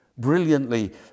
brilliantly